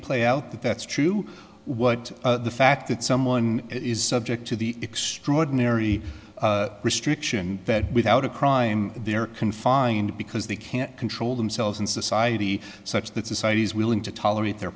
play out that that's true what the fact that someone is subject to the extraordinary restriction that without a crime they're confined because they can't control themselves in society such that society is willing to tolerate their